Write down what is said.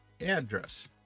address